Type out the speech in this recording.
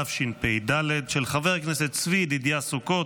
התשפ"ד, של חבר הכנסת צבי ידידיה סוכות,